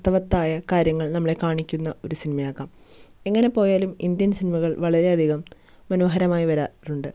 അർത്ഥവത്തായ കാര്യങ്ങൾ നമ്മളെ കാണിക്കുന്ന ഒരു സിനിമയാകാം എങ്ങെനെപോയാലും ഇന്ത്യൻ സിനിമകൾ വളരെയധികം മനോഹരമായി വരാറുണ്ട്